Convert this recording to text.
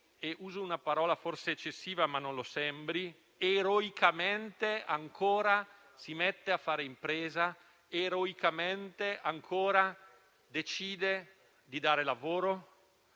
- uso una parola forse eccessiva, ma spero non lo sembri - eroicamente ancora si mette a fare impresa, eroicamente ancora decide di dare lavoro,